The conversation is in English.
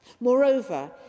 Moreover